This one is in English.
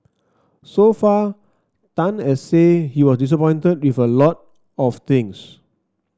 so far Tan has said he was disappointed with a lot of things